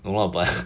no lah but